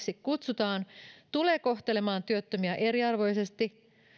kutsutaan tulee kohtelemaan työttömiä eriarvoisesti